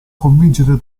convincere